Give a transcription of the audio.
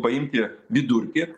paimti vidurkį